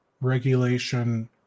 regulation